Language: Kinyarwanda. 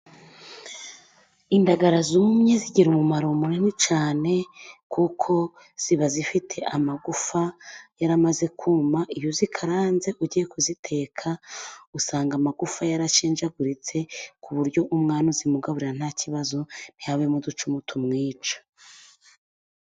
Indagara zumye zigira umumaro munini cyane ,kuko ziba zifite amagufa yaramaze kuma ,iyo uzikaranze ugiye kuziteka usanga amagufa yarashenjaguritse, ku buryo umwana uzimugaburira ntakibazo, ntihabemo uducumu tumwica.